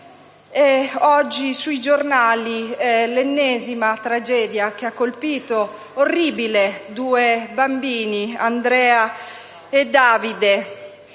oggi sui giornali l'ennesima tragedia, che ha colpito - cosa orribile - due bambini, Andrea e Davide.